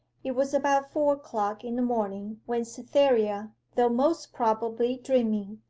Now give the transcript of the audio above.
it was about four o'clock in the morning when cytherea, though most probably dreaming,